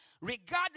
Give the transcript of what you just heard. regardless